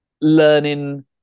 learning